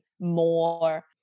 more